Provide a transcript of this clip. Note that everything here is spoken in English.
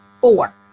Four